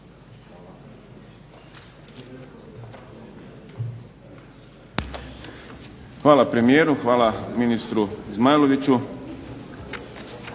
Hvala premijeru, hvala ministru Zmajloviću.